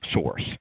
source